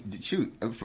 shoot